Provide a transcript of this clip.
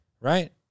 Right